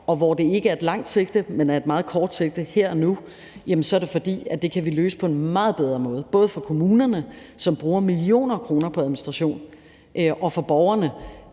hvor det ikke er et langt sigte, men et meget kort sigte her og nu, så er det, fordi vi kan løse det på en meget bedre måde, både for kommunerne, som bruger millioner af kroner på administration, og for borgerne,